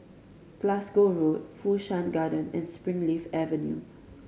Glasgow Road Fu Shan Garden and Springleaf Avenue